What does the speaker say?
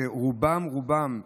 שרובם רובם,